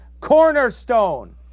cornerstone